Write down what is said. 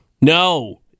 No